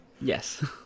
yes